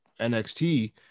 NXT